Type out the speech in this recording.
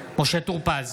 משה טור פז,